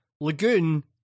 Lagoon